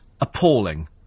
appalling